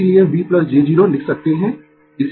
इसीलिये V j 0 लिख सकते है